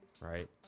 right